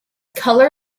colour